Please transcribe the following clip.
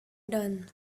done